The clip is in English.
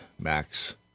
Max